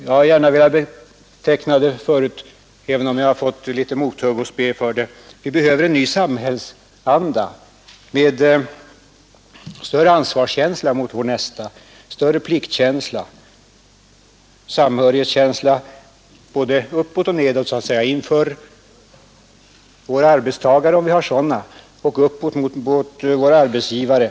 Jag har tidigare velat beteckna det så — även om jag har fått mothugg och spe för det — att vi behöver en ny samhällsanda med större ansvarskänsla gentemot vår nästa, en större pliktkänsla och samhörighetskänsla både nedåt mot våra arbetstagare, om vi har sådana, och uppåt mot vår arbetsgivare.